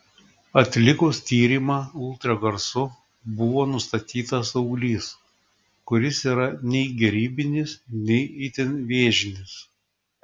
atlikus tyrimą ultragarsu buvo nustatytas auglys kuris yra nei gerybinis nei itin vėžinis